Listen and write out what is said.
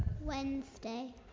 Wednesday